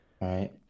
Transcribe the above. Right